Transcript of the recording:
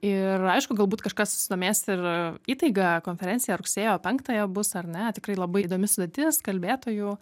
ir aišku galbūt kažkas susidomės ir įtaiga konferencija rugsėjo penktąją bus ar ne tikrai labai įdomi sudėtis kalbėtojų